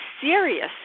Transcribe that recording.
serious